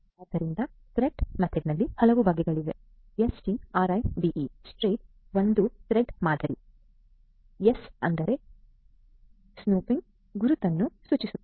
ಆದ್ದರಿಂದ ತ್ರೆಯೇಟ್ ಮೆಥಡ್ನಲ್ಲಿ ಹಲವು ಬಗೆಗಳಿವೆ STRIDE ಒಂದು ತ್ರೆಯೇಟ್ ಮಾದರಿ ಆದ್ದರಿಂದ ಎಸ್ ಎಂದರೆ ಸ್ಪೂಫಿಂಗ್ ಗುರುತನ್ನು ಸೂಚಿಸುತ್ತದೆ